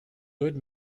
good